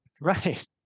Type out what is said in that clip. Right